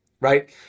right